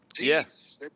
Yes